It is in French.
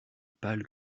pâle